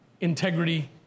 integrity